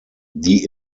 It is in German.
die